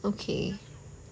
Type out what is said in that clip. okay